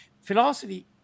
Philosophy